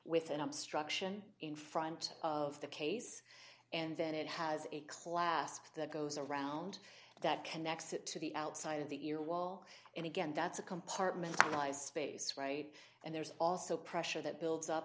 with an obstruction in front of the case and then it has a classic that goes around that connects it to the outside of the ear wall and again that's a compartmentalize space right and there's also pressure that builds up